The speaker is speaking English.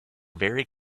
very